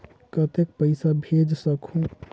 कतेक पइसा भेज सकहुं?